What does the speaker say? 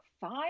five